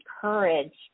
courage